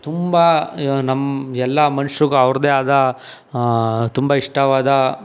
ತುಂಬ ನಮ್ಮ ಎಲ್ಲ ಮನ್ಷ್ರಿಗೂ ಅವ್ರದ್ದೇ ಆದ ತುಂಬ ಇಷ್ಟವಾದ